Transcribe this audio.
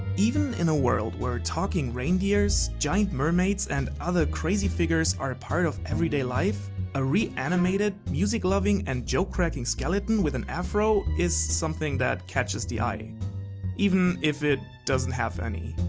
even in a world, where talking reindeers, giant mermaids and other crazy figures are a part of everyday life a reanimated, music-loving and joke-cracking skeleton with an afro is something that catches the eye even if it doesn't have any.